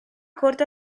corte